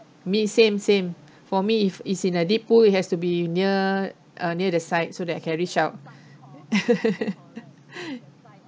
me same same for me if it's like deep pool it has to be near uh near the side so that I can reach out